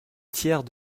tiers